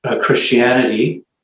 christianity